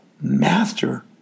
master